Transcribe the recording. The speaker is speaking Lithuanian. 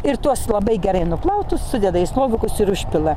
ir tuos labai gerai nuplautus sudeda į slovakus ir užpila